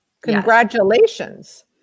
Congratulations